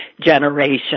generation